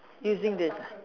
using this